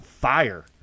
fire